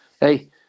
hey